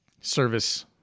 service